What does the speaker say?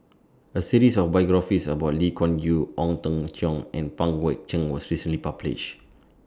A series of biographies about Lee Kuan Yew Ong Teng Cheong and Pang Guek Cheng was recently published